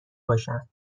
باشم